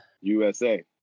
USA